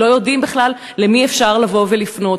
לא יודעים בכלל למי אפשר לפנות.